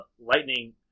lightning